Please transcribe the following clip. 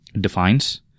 defines